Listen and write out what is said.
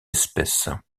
espèces